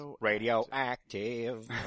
Radioactive